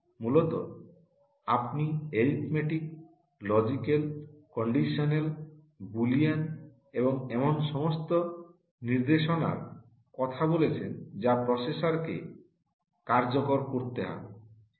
মূলত আপনি arithmetic logical conditional Boolean এবং এমন সমস্ত নির্দেশনার কথা বলছেন যা প্রসেসরকে কার্যকর করতে হবে